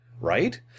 right